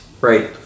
Right